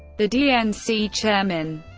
the dnc chairman.